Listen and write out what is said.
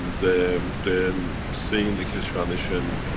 um the, then seeing the keshe foundation.